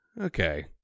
okay